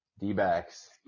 D-backs